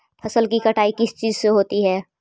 फसल की कटाई किस चीज से होती है?